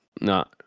no